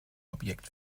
objekt